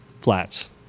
flats